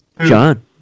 John